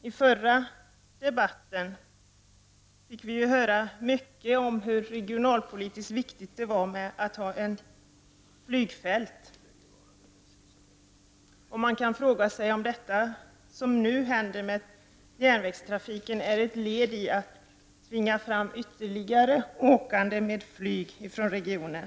I den förra debatten fick vi höra mycket om hur regionalpolitiskt viktigt det är att ha flygfält. Man kan fråga sig om det som nu händer med järnvägstrafiken är ett led i att tvinga fram att ännu fler människor reser med flyg till och från regionen.